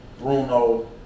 Bruno